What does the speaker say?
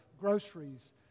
groceries